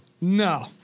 No